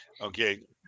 Okay